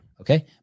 Okay